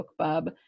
BookBub